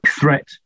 threat